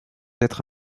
être